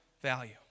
value